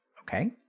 Okay